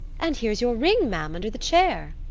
and here's your ring, ma'am, under the chair.